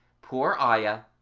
poor ayah!